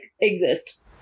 exist